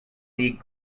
league